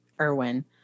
Irwin